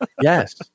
Yes